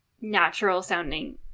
natural-sounding